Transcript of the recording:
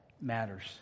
matters